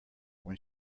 when